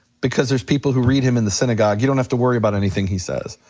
because there's people who read him in the synagogue, you don't have to worry about anything he says.